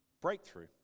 breakthrough